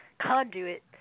conduit